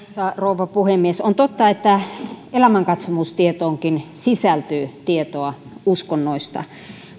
rouva puhemies on totta että elämänkatsomustietoonkin sisältyy tietoa uskonnoista